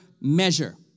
measure